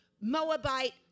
Moabite